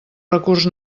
recurs